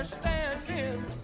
standing